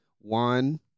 one